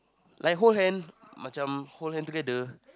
like hold hand Macam hold hand together